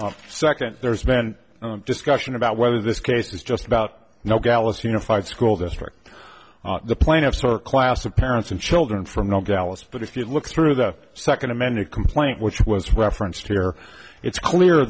on second there's been discussion about whether this case is just about no gallus unified school district the plaintiffs or class of parents and children from no gallus but if you look through the second amended complaint which was referenced here it's clear